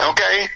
Okay